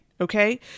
Okay